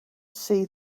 see